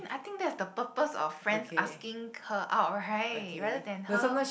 I think that's the purpose of friends asking her out right rather than her